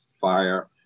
fire